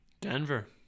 Denver